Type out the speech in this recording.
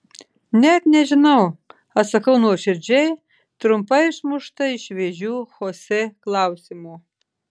net nežinau atsakau nuoširdžiai trumpai išmušta iš vėžių chosė klausimo